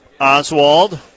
Oswald